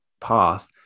path